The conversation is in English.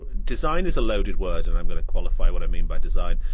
design is a loaded word, and i'm going to qualify what i mean by design.